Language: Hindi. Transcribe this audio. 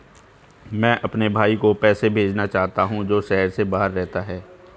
मैं अपने भाई को पैसे भेजना चाहता हूँ जो शहर से बाहर रहता है